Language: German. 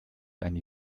eine